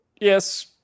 yes